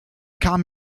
kam